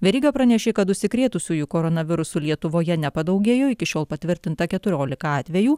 veryga pranešė kad užsikrėtusiųjų koronavirusu lietuvoje nepadaugėjo iki šiol patvirtinta keturiolika atvejų